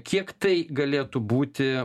kiek tai galėtų būti